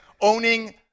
owning